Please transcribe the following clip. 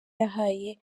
yahaye